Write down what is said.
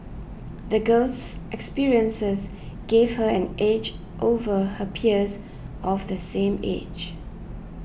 the girl's experiences gave her an edge over her peers of the same age